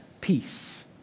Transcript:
peace